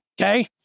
Okay